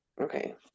okay